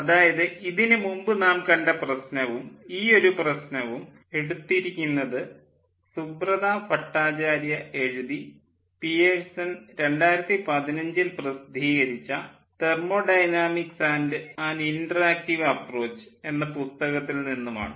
അതായത് ഇതിന് മുൻപ് നാം കണ്ട പ്രശ്നവും ഈയൊരു പ്രശ്നവും എടുത്തിരിക്കുന്നത് സുബ്രതാ ഭട്ടാചാര്യ എഴുതി പിയേഴ്സൺ 2015 ൽ പ്രസിദ്ധീകരിച്ച thermodynamics and an interactive approach എന്ന പുസ്തകത്തിൽ നിന്നുമാണ്